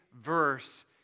verse